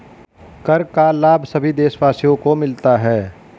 कर का लाभ सभी देशवासियों को मिलता है